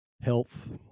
health